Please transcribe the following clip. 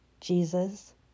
Jesus